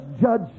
judge